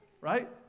right